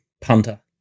punter